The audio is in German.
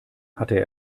hatte